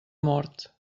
mort